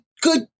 good